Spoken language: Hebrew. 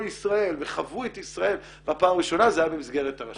לישראל וחוו את ישראל בפעם הראשונה זה היה במסגרת המועצה.